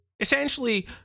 Essentially